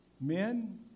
Men